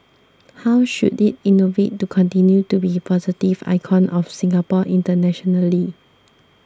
how should it innovate to continue to be positive icon of Singapore internationally